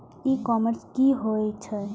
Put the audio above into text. ई commerce की होय छेय?